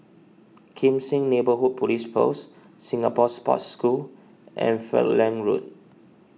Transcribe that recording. Kim Seng Neighbourhood Police Post Singapore Sports School and Falkland Road